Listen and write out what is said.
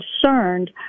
concerned